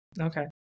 Okay